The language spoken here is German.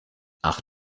ach